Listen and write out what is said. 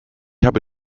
habe